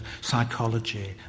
psychology